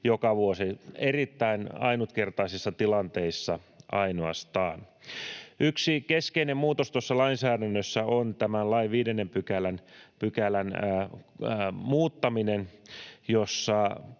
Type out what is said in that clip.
joka vuosi — erittäin ainutkertaisissa tilanteissa ainoastaan. Yksi keskeinen muutos tuossa lainsäädännössä on tämän lain 5 §:n muuttaminen, jossa